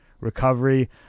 Recovery